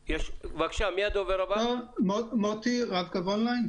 --- אני מנכ"ל רב-קו און ליין.